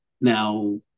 Now